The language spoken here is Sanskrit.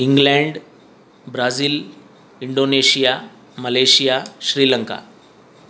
England Brazil Indonesia Malaysia Sri Lanka